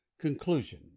conclusion